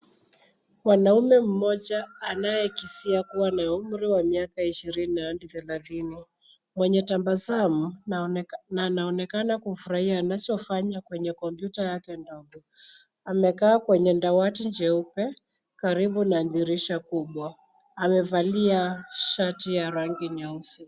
Mwanaume mmoja anayekisia kuwa na umri wa miaka ishirini hadi thelathini, mwenye tabasamu na anaonekana kufurahia anachofanya kwenye kompyuta yake ndogo. Amekaa kwenye dawati jeupe karibu na dirisha kubwa. Amevalia shati ya rangi nyeusi.